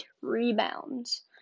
rebounds